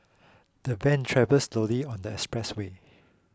the van travelled slowly on the expressway